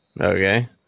Okay